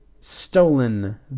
stolen